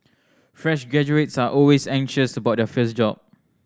fresh graduates are always anxious about their first job